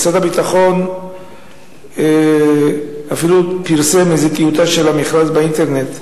משרד הביטחון אפילו פרסם איזו טיוטה של המכרז באינטרנט,